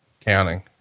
counting